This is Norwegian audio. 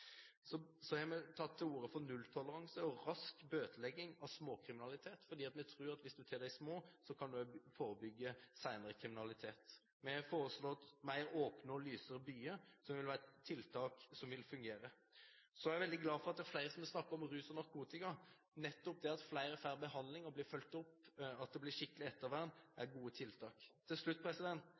Så har vi tatt til orde for nulltoleranse og rask bøtelegging ved småkriminalitet, for vi tror at hvis man tar de små, kan man forebygge senere kriminalitet. Vi har foreslått mer åpne og lysere byer, som kunne være tiltak som ville fungere. Så er jeg veldig glad for at flere har snakket om rus og narkotika – og nettopp at flere får behandling, blir fulgt opp og får skikkelig ettervern, er gode tiltak. Til slutt